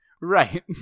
Right